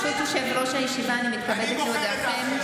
ברשות יושב-ראש הישיבה, אני מתכבדת להודיעכם,